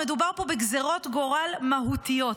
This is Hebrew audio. מדובר פה בגזרות גורליות, מהותיות.